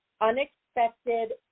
unexpected